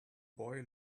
boy